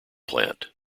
plant